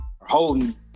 holding